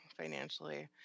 financially